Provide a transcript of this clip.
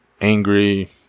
angry